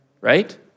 right